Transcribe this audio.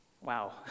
Wow